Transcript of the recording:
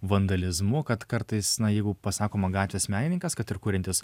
vandalizmu kad kartais na jeigu pasakoma gatvės menininkas kad ir kuriantis